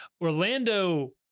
Orlando